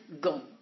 gone